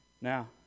Now